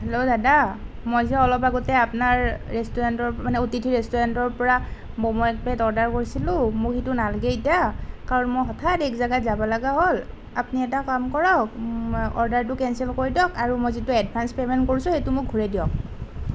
hello দাদা মই যে অলপ আগতে আপোনাৰ ৰেষ্টুৰেণ্টৰ মানে অতিথি ৰেষ্টুৰেণ্টৰ পৰা মমো এক প্লেট অৰ্ডাৰ কৰিছিলোঁ মোক সেইটো নালাগে এতিয়া কাৰণ মই হঠাৎ এক জেগাত যাব লাগা হ'ল আপুনি এটা কাম কৰক অৰ্ডাৰটো কেন্সেল কৰি দিয়ক আৰু মই যিটো এডভাঞ্চ পে'মেণ্ট কৰিছোঁ সেইটো মোক ঘূৰাই দিয়ক